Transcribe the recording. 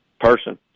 person